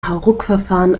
hauruckverfahren